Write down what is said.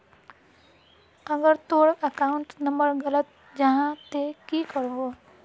अगर तोर account number गलत जाहा ते की करबो?